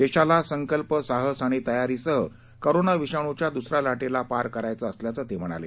देशाला संकल्प साहस आणि तयारीसह कोरोना विषाणूच्या दुसऱ्या लाटेला पार करायचं असल्याचं ते म्हणाले